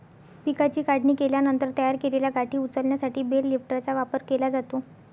पिकाची काढणी केल्यानंतर तयार केलेल्या गाठी उचलण्यासाठी बेल लिफ्टरचा वापर केला जातो